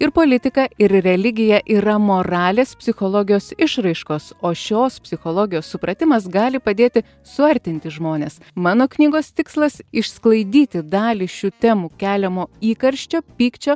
ir politika ir religija yra moralės psichologijos išraiškos o šios psichologijos supratimas gali padėti suartinti žmones mano knygos tikslas išsklaidyti dalį šių temų keliamo įkarščio pykčio